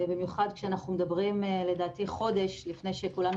במיוחד שאנחנו מדברים חודש לפני שכולנו